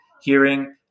hearing